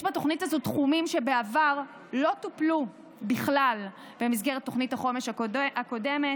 יש בתוכנית הזאת תחומים שבעבר לא טופלו בכלל במסגרת תכנית החומש הקודמת,